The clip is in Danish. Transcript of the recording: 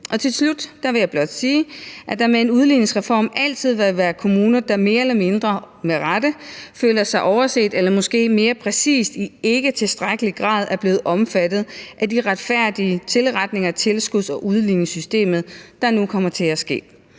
Til slut vil jeg blot sige, at der med en udligningsreform altid vil være kommuner, der mere eller mindre med rette føler sig overset eller måske mere præcist ikke i tilstrækkelig grad er blevet omfattet af de retfærdige tilretninger af tilskuds- og udligningssystemet, der nu kommer til at ske.